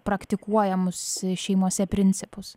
praktikuojamus šeimose principus